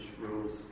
rules